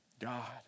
God